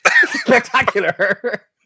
spectacular